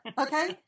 Okay